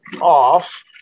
off